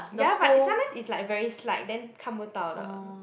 ya but it sometimes is like very slight then 看不到的